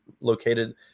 located